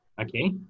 okay